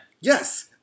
Yes